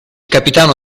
capitano